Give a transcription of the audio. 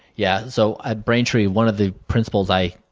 yeah so at braintree one of the principles i